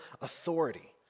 authority